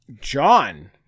John